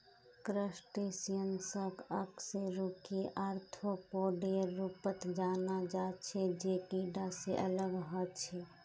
क्रस्टेशियंसक अकशेरुकी आर्थ्रोपोडेर रूपत जाना जा छे जे कीडा से अलग ह छे